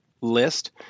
list